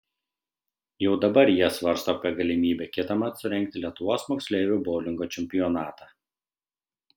jau dabar jie svarsto apie galimybę kitąmet surengti lietuvos moksleivių boulingo čempionatą